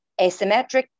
asymmetric